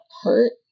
hurt